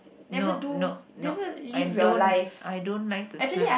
no no nope I don't I don't like to smell